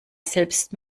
selbst